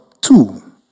two